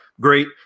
great